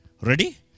Ready